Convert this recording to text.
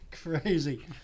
Crazy